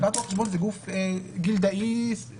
לשכת רואי חשבון זה גוף גילדאי וולנטרי.